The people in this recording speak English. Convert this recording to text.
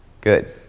Good